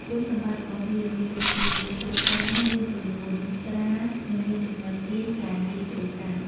គុណសម្បត្តិរបស់វា មានដូចជា ងាយស្រួលប្រើ មានទម្ងន់ស្រាល និងមានចំណុចទាញដែលងាយស្រួលកាន់។